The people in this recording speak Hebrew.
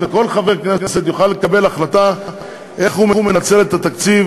וכל חבר כנסת יוכל להחליט איך הוא מנצל את התקציב